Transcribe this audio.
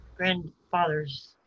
Grandfather's